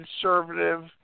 conservative